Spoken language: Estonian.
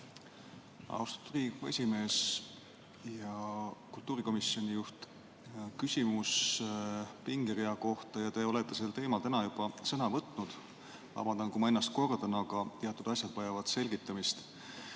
Riigikogu esimees! Hea kultuurikomisjoni juht! Küsimus pingerea kohta – te olete sel teemal täna juba sõna võtnud. Vabandan, kui ma ennast kordan, aga teatud asjad vajavad selgitamist.